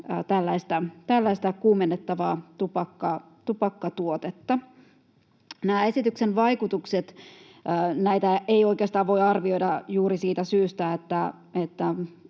tällaista kuumennettavaa tupakkatuotetta. Näitä esityksen vaikutuksia ei oikeastaan voi arvioida juuri siitä syystä,